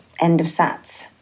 end-of-sats